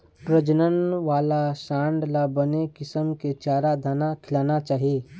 प्रजनन वाला सांड ल बने किसम के चारा, दाना खिलाना चाही